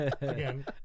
Again